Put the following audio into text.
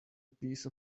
piece